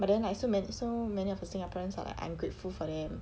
but then like so many so many of the singaporeans are like ungrateful for them